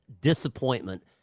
disappointment